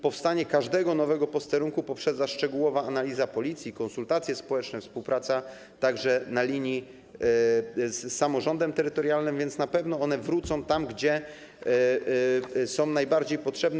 Powstanie każdego nowego posterunku poprzedza szczegółowa analiza Policji, konsultacje społeczne, współpraca, także na linii z samorządem terytorialnym, tak więc na pewno one wrócą tam, gdzie są najbardziej potrzebne.